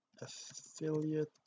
affiliate